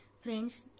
Friends